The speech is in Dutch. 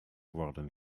worden